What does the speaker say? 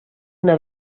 una